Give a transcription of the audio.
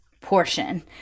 portion